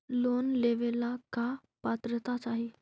Loan लेवेला का पात्रता चाही?